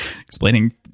explaining